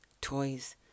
toys